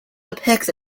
depicts